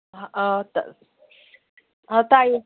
ꯇꯥꯏꯌꯦ